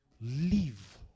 live